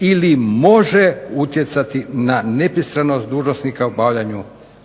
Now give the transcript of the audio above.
ili može utjecati na nepristranost dužnosnika u obavljanju javne dužnosti.